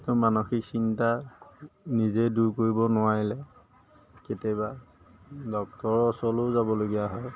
মানসিক চিন্তা নিজে দূৰ কৰিব নোৱাৰিলে কেতিয়াবা ডক্টৰৰ ওচৰলৈও যাবলগীয়া হয়